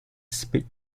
speak